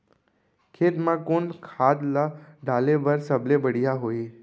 खेत म कोन खाद ला डाले बर सबले बढ़िया होही?